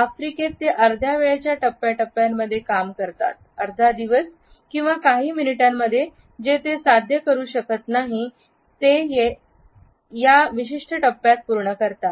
आफ्रिकेत ते अर्ध्या वेळेच्या टप्प्या टप्प्यांमध्ये काम करतातअर्धा दिवस किंवा काही मिनिटांमध्ये जे ते साध्य करू शकत नाही येत्या विशिष्ट टप्प्यात पूर्ण करतात